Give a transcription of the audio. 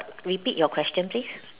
repeat your question please